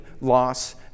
loss